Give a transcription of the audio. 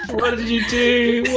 what did you do?